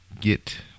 Get